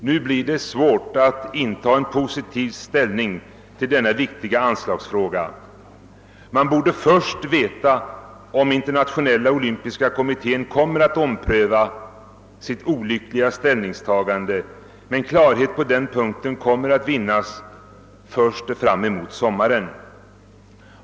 Nu blir det svårt att inta en positiv hållning till denna viktiga anslagsfråga. Man borde först veta om internationella olympiska kommittén kommer att ompröva sitt olyckliga ställningstagande, men klarhet på den punkten kommer att vinnas först fram emot sommaren.